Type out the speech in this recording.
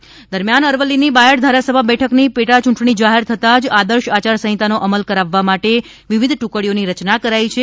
બાયડ પેટા ચંટણી અરવલ્લીની બાયડ ધારાસભા બેઠકની પેટાયૂંટણી જાહેર થતાં જ આદર્શ આચારસંહિતાનો અમલ કરાવવા માટે વિવિધ ટૂકડીઓની રચના કરાઇ છે